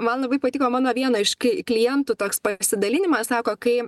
man labai patiko mano vieno iš klientų toks pasidalinimas sako kai